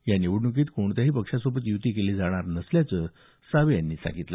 या निवडण्कीत कोणत्याही पक्षांसोबत यूती केली जाणार नसल्याचं सावे यांनी सांगितलं